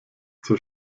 zur